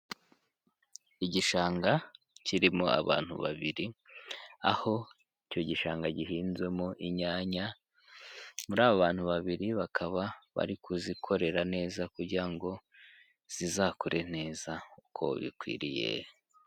Igishanga kirimo abantu babiri, aho icyo gishanga gihinzemo inyanya, muri bantu babiri bakaba bari kuzikorera neza kugira ngo zizakure neza uko bikwiriye.